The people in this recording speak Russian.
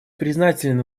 признателен